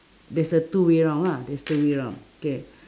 there's a two way round lah there's two way round k